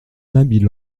habile